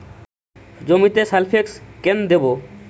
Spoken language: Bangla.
জমিতে সালফেক্স কেন দেবো?